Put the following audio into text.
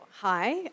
Hi